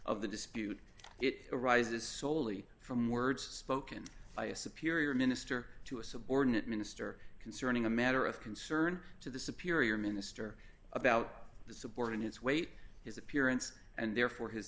of the dispute it arises soley from words spoken by a superior minister to a subordinate minister concerning a matter of concern to the superior minister about the support of his weight his appearance and therefore his